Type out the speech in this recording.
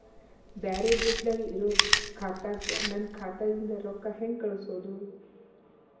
ಬ್ಯಾರೆ ದೇಶದಾಗ ಇರೋ ಖಾತಾಕ್ಕ ನನ್ನ ಖಾತಾದಿಂದ ರೊಕ್ಕ ಹೆಂಗ್ ಕಳಸೋದು?